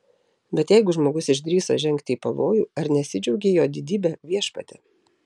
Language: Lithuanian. bet jeigu žmogus išdrįso žengti į pavojų ar nesidžiaugei jo didybe viešpatie